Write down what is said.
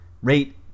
rate